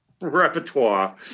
repertoire